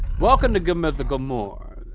welcome to good mythical more.